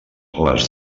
les